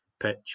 Pitch